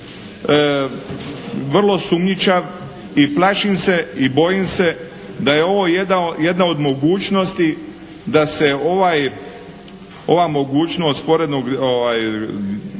vrlo sumnjičav i plašim se i bojim se da je ovo jedna od mogućnosti da se ova mogućnost sporednog zaposlenja,